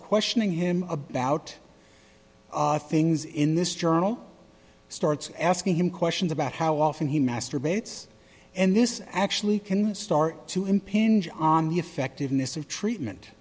questioning him about things in this journal starts asking him questions about how often he masturbates and this actually can start to impinge on the effectiveness of treatment